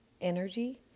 energy